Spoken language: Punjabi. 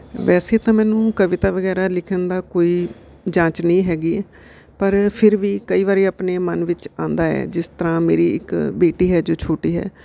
ਵੈਸੇ ਤਾਂ ਮੈਨੂੰ ਕਵਿਤਾ ਵਗੈਰਾ ਲਿਖਣ ਦੀ ਕੋਈ ਜਾਂਚ ਨਹੀਂ ਹੈਗੀ ਪਰ ਫਿਰ ਵੀ ਕਈ ਵਾਰੀ ਆਪਣੇ ਮਨ ਵਿੱਚ ਆਉਂਦਾ ਹੈ ਜਿਸ ਤਰ੍ਹਾਂ ਮੇਰੀ ਇੱਕ ਬੇਟੀ ਹੈ ਜੋ ਛੋਟੀ ਹੈ